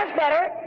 ah better.